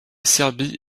serbie